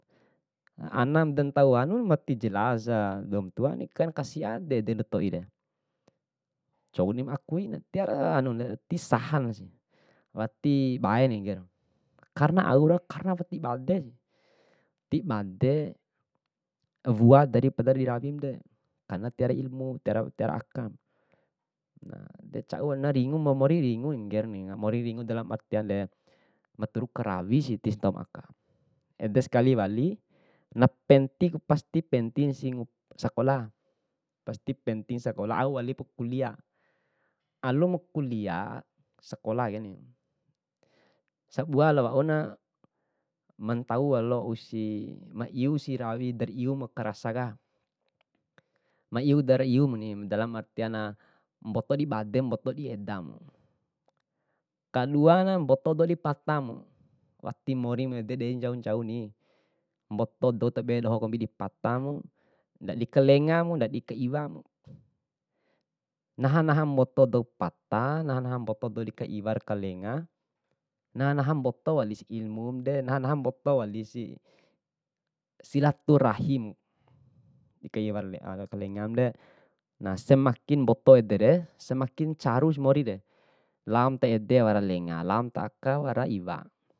Anam dantau anu wati jelasa dou mantuana kan kasi ade andou toire, couma di akui tiwarana disahasi wati baena karena auroan karena wati baden, tibade wua dari pada dirawinde karena wati wara ilmun tiwara aka, de cauna mori ringu na mori ringu dalam artian ke nanturu karawisi tisindaumu aka. Ede sekali wali, napentiku pastinasi sakola, pasti penting sakola, au walipu kulia, alumu kulia sakolakeni sabualo wauna mantau walo usi maiusi rawi daraium akarasaka, maiu dara iumu ni dalam artiana mboto dibademu mboto diedamu. Kaduana mpoto dou dipatamu, wati morimu ededei ncaun ncauni, mboto dou tabedoho dipatamu, ndadi kalengamu ndadi kaiwamu. Naha naha mboto doupata naha naha mboto kaiware kalenga, naha naha mboto walisi ilmude naha naha mboto walisi silaturahim kai wara aka lengamude. Na, semakin mboto edere semakin caru morire laom taede wara lengam laum taaka wara iwam.